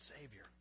Savior